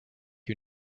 you